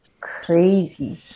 crazy